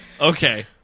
Okay